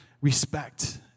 respect